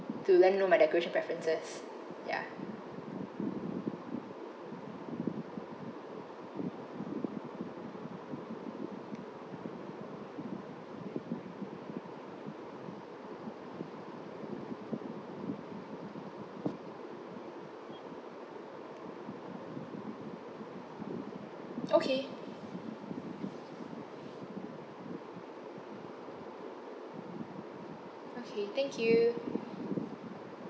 to let them know my decoration preferences ya okay okay thank you